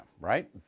right